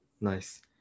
Nice